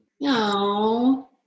No